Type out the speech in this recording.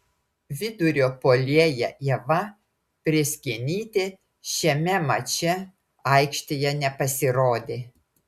vidurio puolėja ieva prėskienytė šiame mače aikštėje nepasirodė